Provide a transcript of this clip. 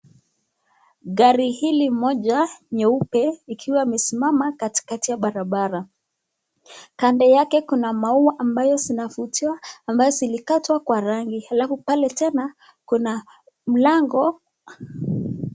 Gari hili moja nyeupe ikiwa imesimama katikati ya barabara. Kando yake kuna maua ambayo zinavutia ambayo zilikatwa kwa rangi halafu pale tena kuna mlango.